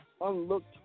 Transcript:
Unlooked